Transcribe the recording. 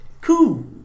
Cool